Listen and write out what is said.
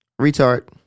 Retard